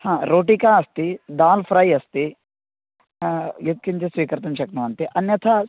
हा रोटिका अस्ति दाल् फ़्रै अस्ति यत्किञ्चित् स्वीकर्तुं शक्नुवन्ति अन्यथा